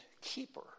keeper